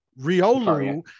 Riolu